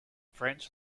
french